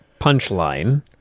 punchline